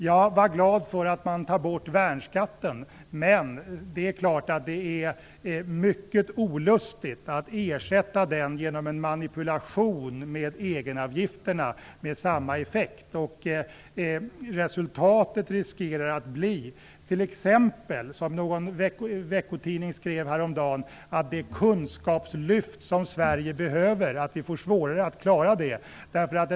Jag är glad över att man tar bort värnskatten, men det är mycket olustigt att man ersätter den genom en manipulation med egenavgifterna - med samma effekt. Resultatet riskerar - som någon veckotidning skrev häromdagen - att bli t.ex. att vi får svårare att klara det kunskapslyft som Sverige behöver.